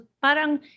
parang